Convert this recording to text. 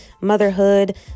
motherhood